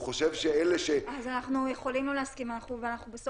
הוא חושב שאלה --- אז אנחנו יכולים לא להסכים ובסוף